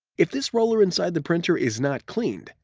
if this roller inside the printer is not cleaned,